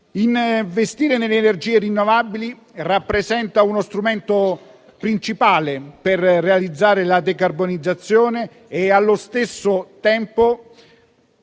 Investire nelle energie rinnovabili rappresenta lo strumento principale per realizzare la decarbonizzazione e, allo stesso tempo,